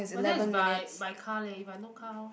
but that is by by car leh if I no car how